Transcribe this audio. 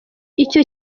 icyo